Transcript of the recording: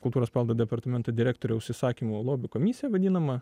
kultūros paveldo departamento direktoriaus įsakymu lobių komisija vadinama